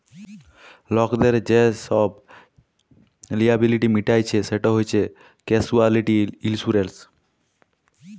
লকদের যে ছব লিয়াবিলিটি মিটাইচ্ছে সেট হছে ক্যাসুয়ালটি ইলসুরেলস